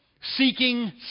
seeking